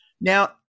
Now